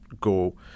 go